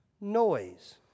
noise